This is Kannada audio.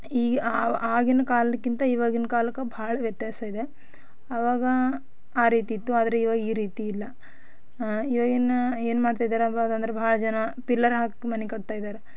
ಈಗ ಆಗಿನ ಕಾಲಕ್ಕಿಂತ ಇವಾಗಿನ ಕಾಲಕ್ಕೆ ಭಾಳ ವ್ಯತ್ಯಾಸ ಇದೆ ಅವಾಗ ಆ ರೀತಿ ಇತ್ತು ಆದರೆ ಇವಾಗ ಈ ರೀತಿ ಇಲ್ಲ ಇವಾಗಿನ ಏನು ಮಾಡ್ತಿದ್ದಾರಪಂದ್ರೆ ಭಾಳ ಜನ ಪಿಲ್ಲರ್ ಹಾಕಿ ಮನೆ ಕಟ್ತಾ ಇದಾರೆ